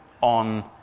on